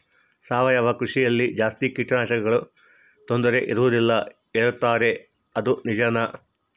ಸಾವಯವ ಕೃಷಿಯಲ್ಲಿ ಜಾಸ್ತಿ ಕೇಟನಾಶಕಗಳ ತೊಂದರೆ ಇರುವದಿಲ್ಲ ಹೇಳುತ್ತಾರೆ ಅದು ನಿಜಾನಾ?